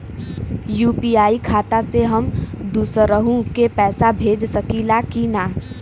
UPI खाता से हम दुसरहु के पैसा भेज सकीला की ना?